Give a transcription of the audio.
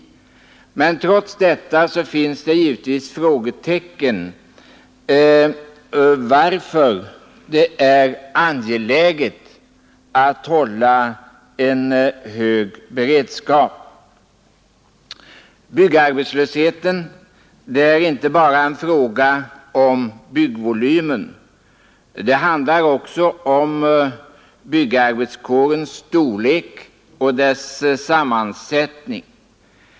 Trots detta finns det givetvis frågetecken — varför det är angeläget att hålla en hög beredskap. Byggarbetslösheten är inte bara en fråga om byggvolym. Det handlar också om byggarbetarkårens storlek och sammansättning.